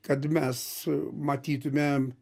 kad mes matytumėm